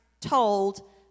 told